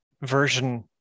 version